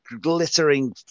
glittering